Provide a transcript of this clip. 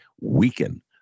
weaken